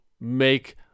make